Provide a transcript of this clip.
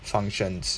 functions